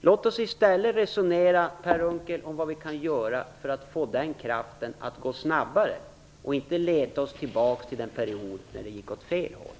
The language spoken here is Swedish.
Låt oss resonera, Per Unckel, om vad vi kan göra för att få denna kraft att gå snabbare i stället för att leta oss tillbaka till den period då det gick åt fel håll.